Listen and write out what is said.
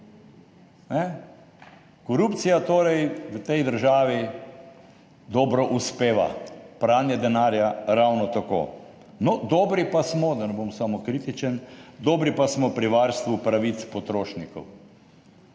Korupcija torej v tej državi dobro uspeva, pranje denarja ravno tako. Dobri pa smo, da ne bom samo kritičen, pri varstvu pravic potrošnikov.